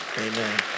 Amen